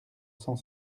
cent